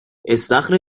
استخر